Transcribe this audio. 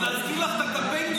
להזכיר לכם את הקמפיין שלכם?